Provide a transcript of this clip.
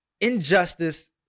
injustice